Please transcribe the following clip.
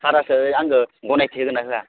सारासो आंखो गनायथि होगोन ना होआ